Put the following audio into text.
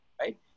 right